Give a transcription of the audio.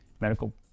medical